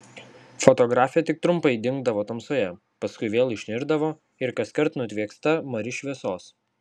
fotografė tik trumpai dingdavo tamsoje paskui vėl išnirdavo ir kaskart nutvieksta mari šviesos